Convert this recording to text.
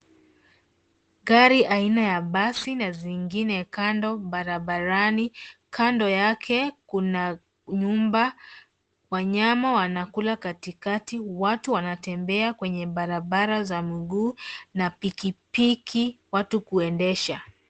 Gari aina ya basi na zingine kando barabarani. Kando yake kuna nyumba. Wanyama wanakula katikati. Watu wanatembea kwenye barabara za mguu, na pikipiki watu kuendesha.